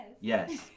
Yes